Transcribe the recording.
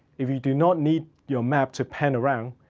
if you do not need your map to pan around,